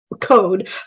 code